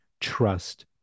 trust